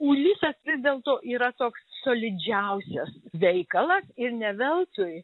ulisas vis dėlto yra toks solidžiausias veikalas ir ne veltui